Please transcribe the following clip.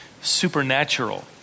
Supernatural